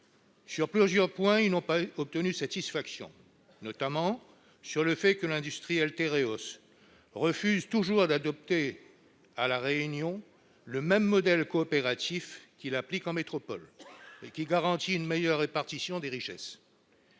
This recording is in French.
leur profession. Ils n'ont pas obtenu satisfaction sur plusieurs points, notamment sur le fait que l'industriel Tereos refuse toujours d'adopter à La Réunion le même modèle coopératif qu'il applique en métropole, lequel garantit une meilleure répartition des richesses.